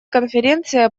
конференция